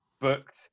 booked